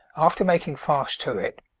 after making fast to it,